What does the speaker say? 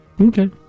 Okay